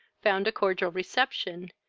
found a cordial reception,